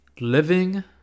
living